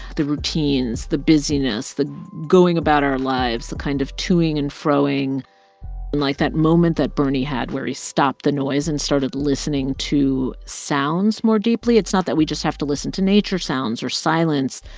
the routines, the busyness, the going about our lives, the kind of toing and froing and, like, that moment that bernie had where he stopped the noise and started listening to sounds more deeply it's not that we just have to listen to nature sounds or silence,